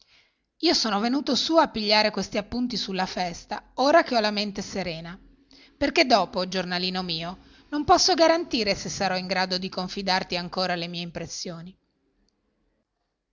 io sono venuto su a pigliare questi appunti sulla festa ora che ho la mente serena perché dopo giornalino mio non posso garantire se sarò in grado di confidarti ancora le mie impressioni